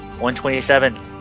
127